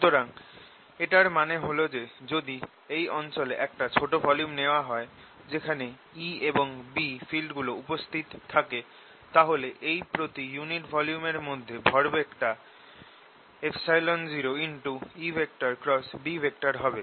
সুতরাং এটার মানে হল যে যদি এই অঞ্চলে একটা ছোট ভলিউম নেওয়া হয় যেখানে E এবং B ফিল্ডগুলো উপস্থিত থাকে তাহলে এই প্রতি ইউনিট ভলিউমের মধ্যে ভরবেগ টা 0EB হবে